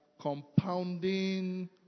compounding